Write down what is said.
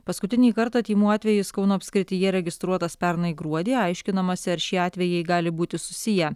paskutinį kartą tymų atvejis kauno apskrityje registruotas pernai gruodį aiškinamasi ar šie atvejai gali būti susiję